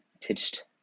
pitched